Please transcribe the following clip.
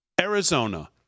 Arizona